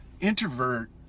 Introvert